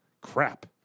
crap